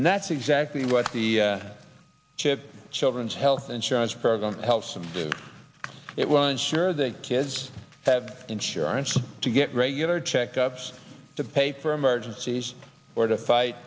and that's exactly what the chip children's health insurance program helps them do it will ensure that kids have insurance to get regular checkups to pay for emergencies or to fight